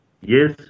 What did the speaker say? yes